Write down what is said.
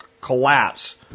collapse